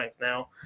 now